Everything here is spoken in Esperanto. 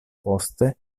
poste